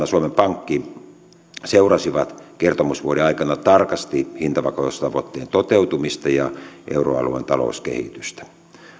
suomen pankki seurasivat kertomusvuoden aikana tarkasti hintavakaustavoitteen toteutumista ja euroalueen talouskehitystä